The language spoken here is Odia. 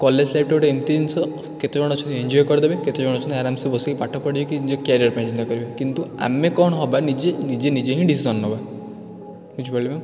କଲେଜ୍ ଲାଇଫ୍ଟା ଗୋଟେ ଏମିତି ଜିନଷ କେତେ ଜଣ ଅଛନ୍ତି ଏନ୍ଜୟ କରିଦେବେ ଆଉ କେତେ ଜଣ ଅଛନ୍ତି ଆରାମ୍ସେ ବସିକି ପାଠ ପଢ଼ିକି ନିଜ କ୍ୟାରିଅର୍ ପାଇଁ ଚିନ୍ତା କରିବେ କିନ୍ତୁ ଆମେ କ'ଣ ହେବା ନିଜେ ନିଜେ ନିଜେ ହିଁ ଡିସିସନ୍ ନେବା ବୁଝିପାରିଲେ ମ୍ୟାମ୍